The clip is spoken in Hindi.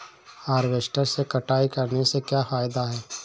हार्वेस्टर से कटाई करने से क्या फायदा है?